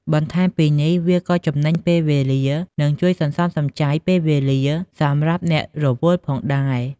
បន្ថែមពីនេះវាក៏ចំណេញពេលវេលា និងជួយសន្សំសំចៃពេលវេលាសម្រាប់អ្នករវល់ផងដែរ។